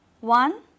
One